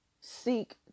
seek